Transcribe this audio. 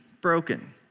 broken